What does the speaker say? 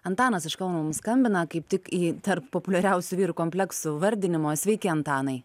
antanas iš kauno mums skambina kaip tik į tarp populiariausių vyrų kompleksų vardinimo sveiki antanai